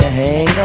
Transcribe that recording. a